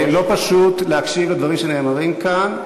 זה לא פשוט להקשיב לדברים שנאמרים כאן,